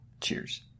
Cheers